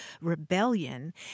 rebellion